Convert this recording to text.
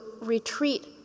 retreat